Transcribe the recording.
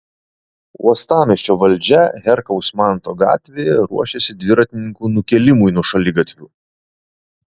uostamiesčio valdžia herkaus manto gatvėje ruošiasi dviratininkų nukėlimui nuo šaligatvių